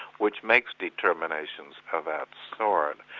which makes determinations of that sort.